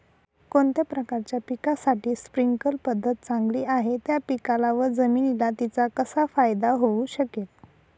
कोणत्या प्रकारच्या पिकासाठी स्प्रिंकल पद्धत चांगली आहे? त्या पिकाला व जमिनीला तिचा कसा फायदा होऊ शकेल?